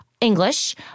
English